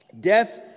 Death